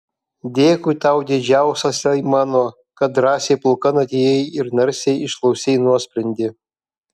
dėkui tau didžiausiasai mano kad drąsiai pulkan atėjai ir narsiai išklausei nuosprendį